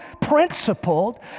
principled